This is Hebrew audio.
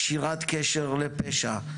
קשירת קשר לפשע,